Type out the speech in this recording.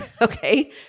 Okay